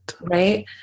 Right